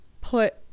put